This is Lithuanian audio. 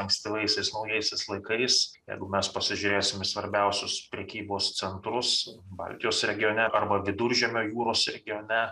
ankstyvaisiais naujaisiais laikais jeigu mes pasižiūrėsim į svarbiausius prekybos centrus baltijos regione arba viduržemio jūros regione